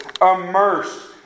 immersed